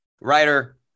writer